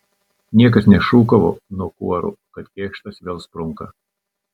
niekas nešūkavo nuo kuorų kad kėkštas vėl sprunka